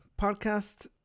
podcast